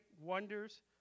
wonders